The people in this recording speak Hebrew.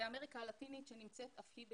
ואמריקה הלטינית שנמצאת אף היא בגידול.